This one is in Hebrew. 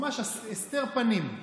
ממש הסתר פנים.